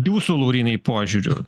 jūsų laurynai požiūriu